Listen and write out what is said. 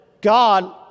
God